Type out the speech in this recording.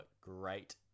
great